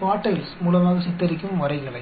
கால்மானங்கள் மூலமாக சித்தரிக்கும் வரைகலை